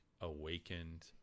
awakened